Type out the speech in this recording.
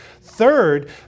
Third